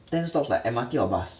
ten stops like M_R_T or bus